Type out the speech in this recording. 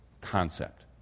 concept